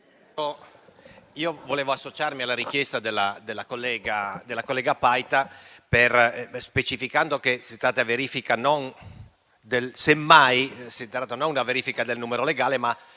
vorrei associarmi alla richiesta della collega Paita, specificando che semmai si tratta non di una verifica del numero legale, ma del numero dei